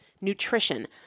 nutrition